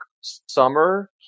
summer